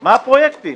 מה הפרויקטים?